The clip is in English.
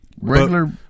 Regular